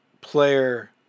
player